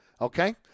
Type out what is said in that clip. Okay